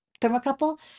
thermocouple